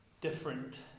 different